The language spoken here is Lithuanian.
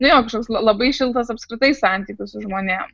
nu jo kažkoks labai šiltas apskritai santykis su žmonėm